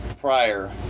prior